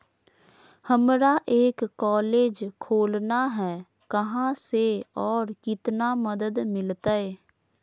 हमरा एक कॉलेज खोलना है, कहा से और कितना मदद मिलतैय?